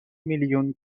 میلیون